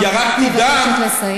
אני מבקשת לסיים.